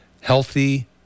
healthy